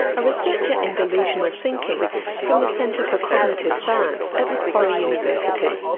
a researcher in delusional thinking from the centre for cognitive science at macquarie university.